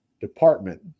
department